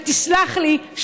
ותסלח לי,